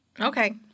Okay